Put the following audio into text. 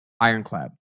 Ironclad